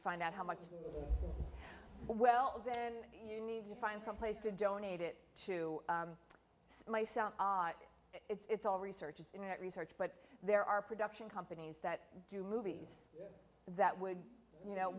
to find out how much well then you need to find someplace to donate it to myself it's all research is internet research but there are production companies that do movies that would you know